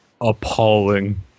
appalling